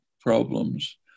problems